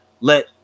let